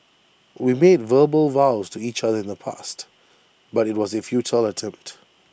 we made verbal vows to each other in the past but IT was A futile attempt